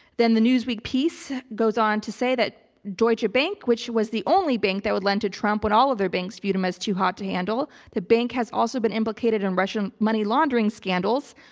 then the newsweek piece goes on to say that deutsche bank, which was the only bank that would lend to trump when all of their banks viewed him as too hot to handle. the bank has also been implicated in russian money laundering scandals,